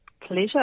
Pleasure